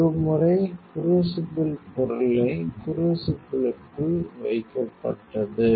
ஒருமுறை க்ரூசிபிள் பொருளை க்ரூசிபிள்கக்குள் வைக்கப்பட்டது